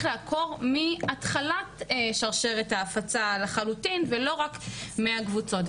לעקור מהתחלת שרשרת ההפצה לחלוטין ולא רק מהקבוצות.